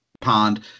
pond